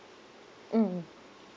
mmhmm